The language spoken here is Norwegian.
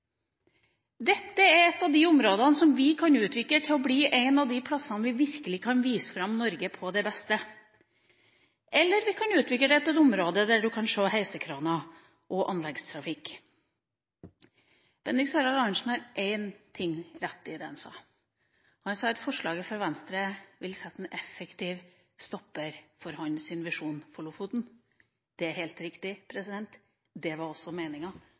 dette. Dette er et av de områdene som vi kan utvikle til å bli en av de plassene vi virkelig kan vise fram Norge på det beste. Eller vi kan utvikle det til et område der du kan se heisekraner og anleggstrafikk. Bendiks Harald Arnesen har rett i én ting han sa. Han sa at forslaget fra Venstre vil sette en effektiv stopper for hans visjon for Lofoten. Det er helt riktig – det var også meninga.